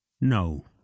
no